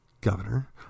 Governor